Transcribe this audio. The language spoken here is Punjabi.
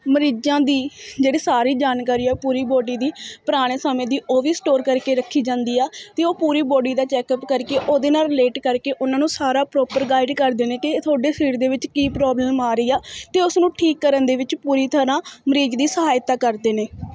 ਮਰੀਜ਼ਾਂ ਦੀ ਜਿਹੜੀ ਸਾਰੀ ਜਾਣਕਾਰੀ ਹੈ ਪੂਰੀ ਬੌਡੀ ਦੀ ਪੁਰਾਣੇ ਸਮੇਂ ਦੀ ਉਹ ਵੀ ਸਟੋਰ ਕਰਕੇ ਰੱਖੀ ਜਾਂਦੀ ਆ ਅਤੇ ਉਹ ਪੂਰੀ ਬੌਡੀ ਦਾ ਚੈੱਕਅੱਪ ਕਰਕੇ ਉਹਦੇ ਨਾਲ਼ ਰੀਲੇਟ ਕਰਕੇ ਉਹਨਾਂ ਨੂੰ ਸਾਰਾ ਪਰੋਪਰ ਗਾਈਡ ਕਰਦੇ ਨੇ ਕਿ ਇਹ ਤੁਹਾਡੇ ਸਰੀਰ ਦੇ ਵਿੱਚ ਕੀ ਪ੍ਰੋਬਲਮ ਆ ਰਹੀ ਆ ਅਤੇ ਉਸ ਨੂੰ ਠੀਕ ਕਰਨ ਦੇ ਵਿੱਚ ਪੂਰੀ ਤਰ੍ਹਾਂ ਮਰੀਜ਼ ਦੀ ਸਹਾਇਤਾ ਕਰਦੇ ਨੇ